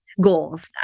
goals